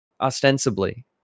ostensibly